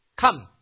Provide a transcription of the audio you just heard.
come